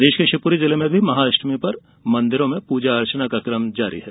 प्रदेश के शिवपुरी जिले में महाअष्ठमी पर मंदिरों में पूजा अर्चना का कम जारी है